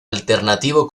alternativo